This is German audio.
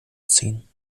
ziehen